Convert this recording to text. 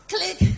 Click